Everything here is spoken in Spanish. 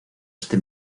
este